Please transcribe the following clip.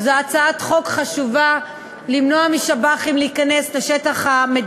חוק ההגבלים העסקיים (תיקון מס' 14),